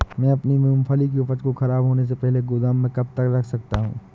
मैं अपनी मूँगफली की उपज को ख़राब होने से पहले गोदाम में कब तक रख सकता हूँ?